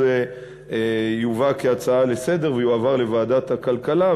יובא כהצעה לסדר-היום ויועבר לוועדת הכלכלה,